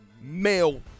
male